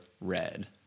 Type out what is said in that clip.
Red